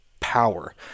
power